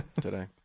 today